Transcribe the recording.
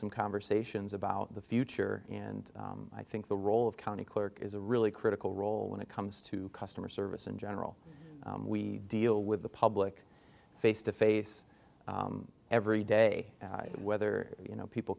some conversations about the future and i think the role of county clerk is a really critical role when it comes to customer service in general we deal with the public face to face every day whether you know people